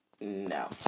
no